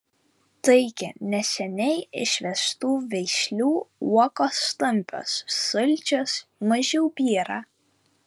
taigi neseniai išvestų veislių uogos stambios saldžios mažiau byra